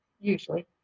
usually